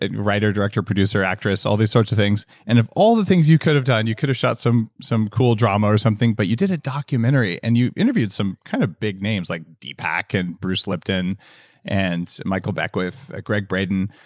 writer, director, producer actress, all these sorts of things, and of all the things you could've done, you could've shot some some cool drama or something, but you did a documentary, and you interviewed some kind of big names like deepak and bruce lipton and michael beckwith, gregg braden.